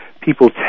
people